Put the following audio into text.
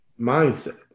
Mindset